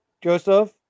Joseph